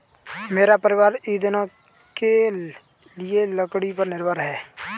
मेरा परिवार ईंधन के लिए लकड़ी पर निर्भर है